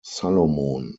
salomon